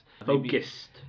Focused